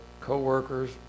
coworkers